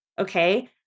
Okay